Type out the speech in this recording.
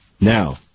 Now